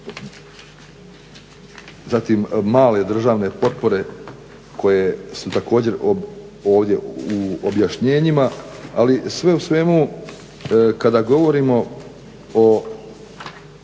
zatim male državne potpore koje su također ovdje u objašnjenjima, ali sve u svemu kada govorimo o